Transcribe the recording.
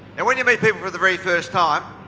and when you meet people for the very first time